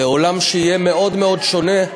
לעולם שיהיה מאוד מאוד שונה.